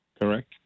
Correct